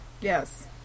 Yes